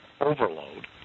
overload